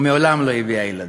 ומעולם לא הביאה ילדים.